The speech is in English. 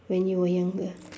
when you were younger